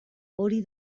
hori